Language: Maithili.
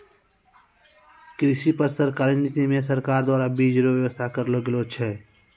कृषि पर सरकारी नीति मे सरकार द्वारा बीज रो वेवस्था करलो गेलो छै